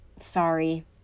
sorry